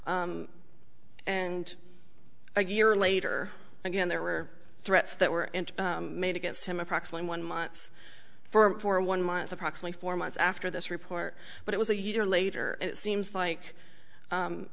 and a year later again there were threats that were made against him approx one one months for one month approximately four months after this report but it was a year later and it seems like